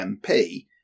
MP